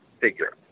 figure